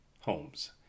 homes